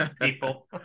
people